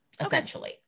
essentially